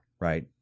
right